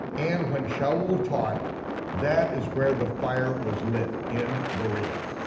and when shaul talked, that is where the fire was lit, in berea.